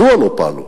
מדוע לא פעלו?